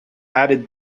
added